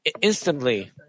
instantly